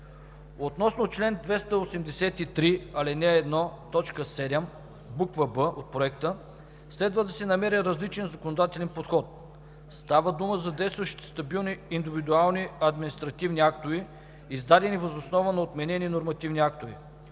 Относно чл. 283, ал. 1, т. 7, буква „б“ от Проекта следва да се намери различен законодателен подход. Става дума за действащи стабилни индивидуални административни актове, издадени въз основа на отменени нормативни актове.